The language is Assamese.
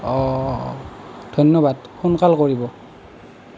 ধন্যবাদ সোনকাল কৰিব